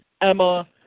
Emma